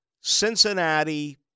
Cincinnati